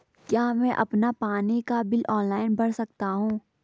क्या मैं अपना पानी का बिल ऑनलाइन भर सकता हूँ?